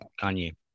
Kanye